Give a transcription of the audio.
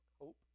Hope